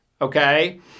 Okay